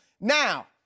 Now